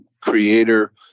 creator